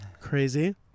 crazy